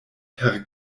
per